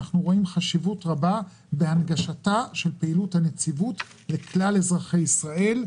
אנחנו רואים חשיבות רבה בהנגשתה של פעילות הנציבות לכלל אזרחי ישראל,